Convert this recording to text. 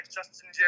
Justin